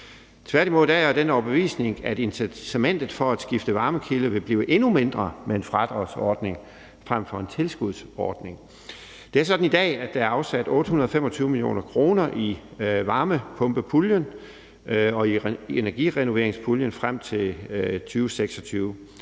Tværtimod er jeg af den overbevisning, at incitamentet for at skifte varmekilde vil blive endnu mindre med en fradragsordning frem for en tilskudsordning. Det er sådan i dag, at der er afsat 825 mio. kr. i varmepumpepuljen og i energirenoveringspuljen frem til 2026,